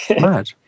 mad